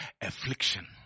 affliction